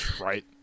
right